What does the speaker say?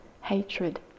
hatred